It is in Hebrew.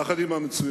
יחד עם המצוינות,